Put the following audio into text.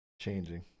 changing